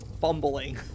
fumbling